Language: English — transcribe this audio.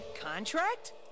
Contract